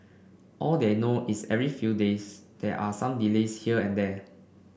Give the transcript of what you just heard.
all they know is every few days there are some delays here and there